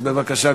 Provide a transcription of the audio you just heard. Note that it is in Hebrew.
אז בבקשה,